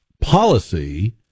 policy